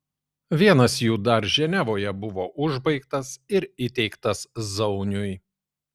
vienas jų dar ženevoje buvo užbaigtas ir įteiktas zauniui